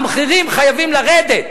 המחירים חייבים לרדת,